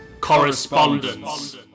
Correspondence